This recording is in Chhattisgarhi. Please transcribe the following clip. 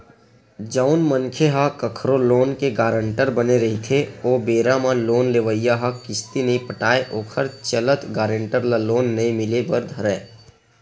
जउन मनखे ह कखरो लोन के गारंटर बने रहिथे ओ बेरा म लोन लेवइया ह किस्ती नइ पटाय ओखर चलत गारेंटर ल लोन नइ मिले बर धरय